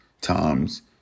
times